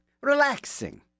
relaxing